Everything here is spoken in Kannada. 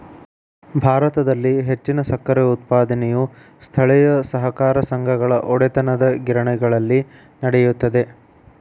ಭಾರತದಲ್ಲಿ ಹೆಚ್ಚಿನ ಸಕ್ಕರೆ ಉತ್ಪಾದನೆಯು ಸ್ಥಳೇಯ ಸಹಕಾರ ಸಂಘಗಳ ಒಡೆತನದಗಿರಣಿಗಳಲ್ಲಿ ನಡೆಯುತ್ತದೆ